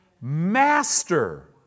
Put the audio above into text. Master